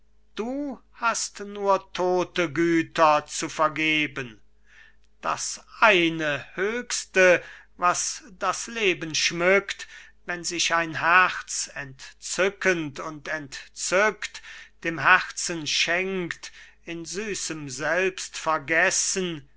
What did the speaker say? du hast nur tote güter zu vergeben das eine höchste was das leben schmückt wenn sich ein herz entzückend und entzückt dem herzen schenkt in süßem selbstvergessen